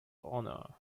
honor